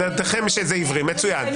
עמדתכם שזה עברי, מצוין.